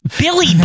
Billy